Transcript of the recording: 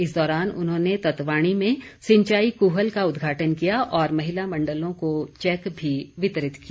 इस दौरान उन्होंने ततवाणी में सिंचाई कूहल का उद्घाटन किया और महिला मंडलों को चैक भी वितरित किए